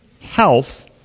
health